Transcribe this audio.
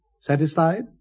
Satisfied